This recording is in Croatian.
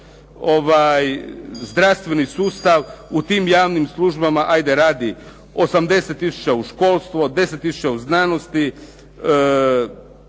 zdravstveni sustav u tim javnim službama ajde radi 80 tisuća u školstvu, 10 tisuća u znanosti,